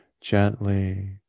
gently